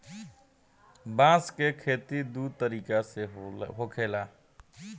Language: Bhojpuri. बांस के खेती दू तरीका से होखेला